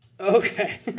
Okay